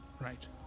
Right